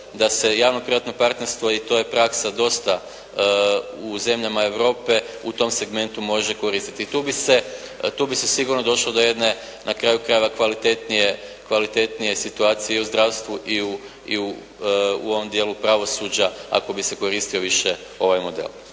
da se javno-privatno partnerstvo, i to je praksa dosta u zemljama Europe u tom segmentu može koristiti. Tu bi se sigurno došlo do jedne, na kraju krajeva kvalitetnije situacije i u zdravstvu i u ovom dijelu pravosuđa ako bi se koristio više ovaj model.